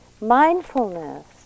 Mindfulness